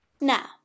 Now